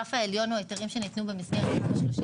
הגרף העליון הוא היתרים שניתנו במסגרת תמ"א 38